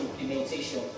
implementation